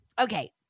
okay